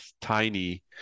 tiny